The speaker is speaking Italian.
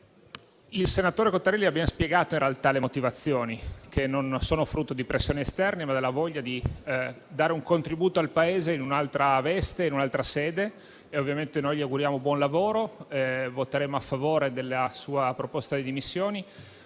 Il senatore Cottarelli ha ben spiegato le motivazioni, che in realtà non sono frutto di pressioni esterne, ma della voglia di dare un contributo al Paese in un'altra veste e in un'altra sede. Ovviamente gli auguriamo buon lavoro e voteremo a favore della sua proposta di dimissioni,